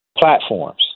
platforms